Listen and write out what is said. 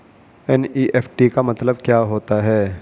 NEFT का मतलब क्या होता है?